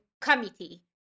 committee